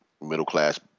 middle-class